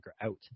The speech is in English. out